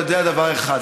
אבל אני יודע דבר אחד,